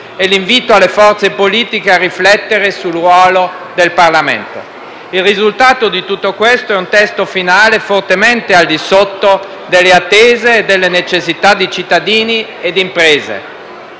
e l'invito alle forze politiche a riflettere sul ruolo del Parlamento. Il risultato di tutto questo è un testo finale fortemente al di sotto delle attese e delle necessità di cittadini e imprese.